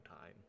time